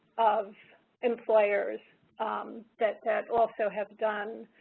of employers that that also have done,